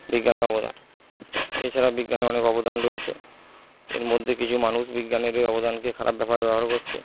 বিজ্ঞানের অবদান এছাড়া বিজ্ঞানের অনেক অবদান রয়েছে এর মধ্যে কিছু মানুষ বিজ্ঞানের এই অবদানকে খারাপভাবে ব্যবহার করছে